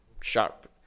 sharp